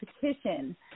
petition